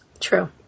True